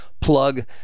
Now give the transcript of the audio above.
plug